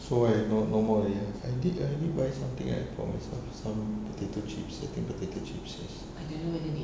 so I no no more already ah I did I did buy something like for myself some potato chips I think potato chips yes